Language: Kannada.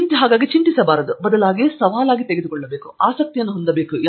ಆದ್ದರಿಂದ ಕೇಂದ್ರ ಅಂಶವು ಚಿಂತಿಸಬಾರದು ಬದಲಾಗಿ ಸವಾಲು ಮತ್ತು ಆಸಕ್ತಿಯನ್ನು ಹೊಂದಿರಬೇಕು